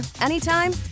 anytime